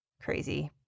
crazy